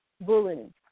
bullying